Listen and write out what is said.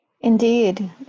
Indeed